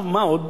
מה עוד?